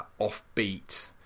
offbeat